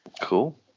cool